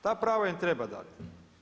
Ta prava im treba dati.